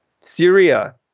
Syria